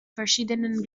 verschiedenen